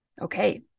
Okay